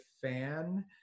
fan